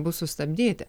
bus sustabdyti